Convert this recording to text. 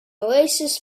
oasis